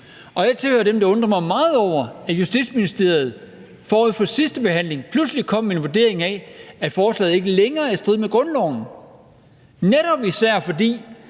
hører til dem, der undrer mig meget over, at Justitsministeriet forud for sidste behandling pludselig kom med den vurdering, at forslaget ikke længere var i strid med grundloven, især fordi